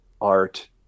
art